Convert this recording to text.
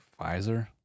Pfizer